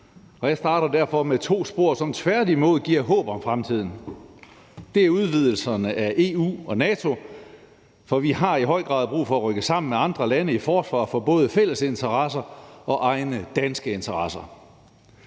jeg starter derfor med to spor, som tværtimod giver håb for fremtiden, nemlig udvidelserne af EU og NATO. For vi har i høj grad brug for at rykke sammen med andre lande i forsvar for både fælles interesser og egne danske interesser.